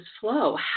flow